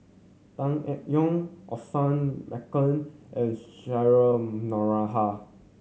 Tan Eng Yoon Osman Merican and Cheryl Noronha